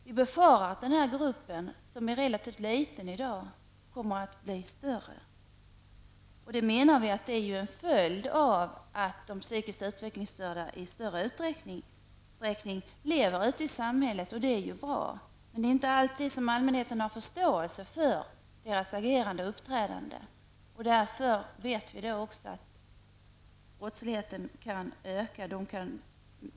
Vi befarar att den här gruppen, som är relativt liten i dag, kommer att bli större. Det är en följd av att de psykiskt utvecklingsstörda i större utsträckning lever ute i samhället, vilket är bra. Men det är inte alltid allmänheten har förståelse för deras agerande och uppträdande, och därför vet vi också att brottsligheten kan öka.